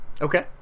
Okay